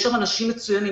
יש שם אנשים מצוינים.